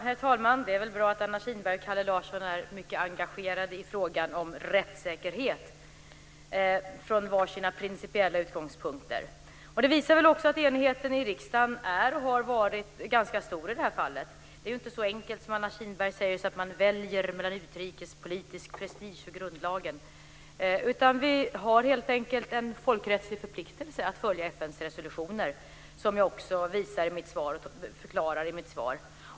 Herr talman! Det är väl bra att Anna Kinberg och Kalle Larsson är mycket engagerade i frågan om rättssäkerhet från sina egna principiella utgångspunkter. Det visar också att enigheten i riksdagen är och har varit ganska stor i det här fallet. Det är inte så enkelt som Anna Kinberg säger att man väljer mellan utrikespolitisk prestige och grundlagen. Vi har helt enkelt en folkrättslig förpliktelse att följa FN:s resolutioner, som jag också förklarar i mitt svar.